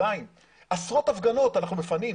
עשרות הפגנות אנחנו מפנים.